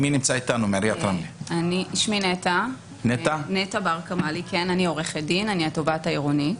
אני נטע בר קמאלי, התובעת העירונית.